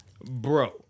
bro